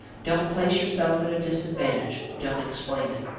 don't place yourself at a disadvantage. don't explain it.